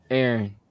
Aaron